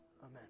Amen